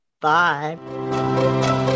Bye